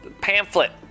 pamphlet